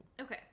Okay